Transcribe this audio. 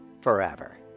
forever